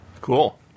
Cool